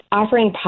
offering